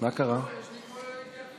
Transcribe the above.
למרות שאני מקבל את כל ההסתייגויות